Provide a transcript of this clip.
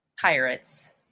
pirates